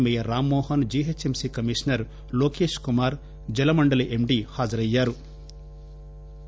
mayor Rammohan GHMC commissioner Lokesh Kumar Jalamandali MD హాజరయ్యారు